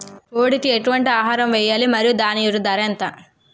కోడి కి ఎటువంటి ఆహారం వేయాలి? మరియు దాని యెక్క ధర ఎంత?